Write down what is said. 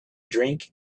drink